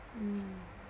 mm